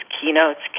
keynotes